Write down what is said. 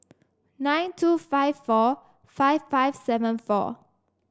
nine two five four five five seven four